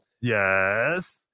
Yes